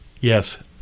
Yes